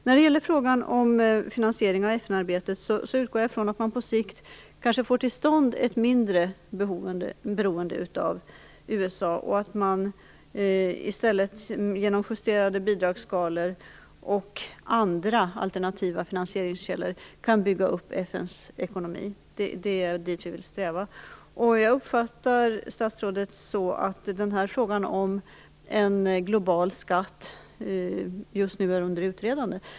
När det gäller frågan om finansieringen av FN arbetet utgår jag från att man på sikt får till stånd ett mindre beroende av USA och att man i stället genom justerade bidragsskalor och andra alternativa finansieringskällor kan bygga upp FN:s ekonomi. Det är dit vi vill sträva. Jag uppfattar statsrådet så, att frågan om en global skatt just nu är under utredning.